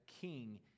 king